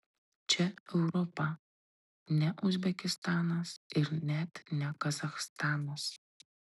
čia europa ne uzbekistanas ir net ne kazachstanas